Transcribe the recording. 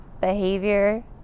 behavior